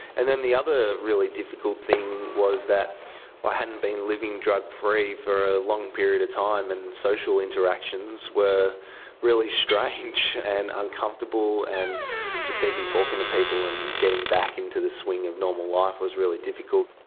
and then the other really difficult thing was that i ah hadn't been living drug-free for a long period of time, and social interactions were really strange and uncomfortable, and just even talking to people and getting back into the swing of normal life was really difficult.